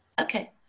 Okay